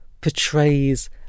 portrays